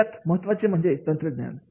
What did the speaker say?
यात महत्त्वाचे म्हणजे तंत्रज्ञान